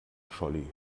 scholli